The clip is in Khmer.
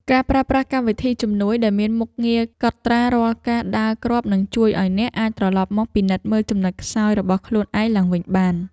ការប្រើប្រាស់កម្មវិធីជំនួយដែលមានមុខងារកត់ត្រារាល់ការដើរគ្រាប់នឹងជួយឱ្យអ្នកអាចត្រឡប់មកពិនិត្យមើលចំណុចខ្សោយរបស់ខ្លួនឯងឡើងវិញបាន។